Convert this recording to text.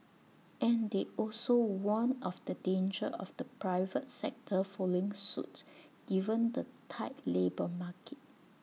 and they also warned of the danger of the private sector following suit given the tight labour market